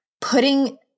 putting